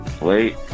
Wait